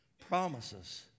promises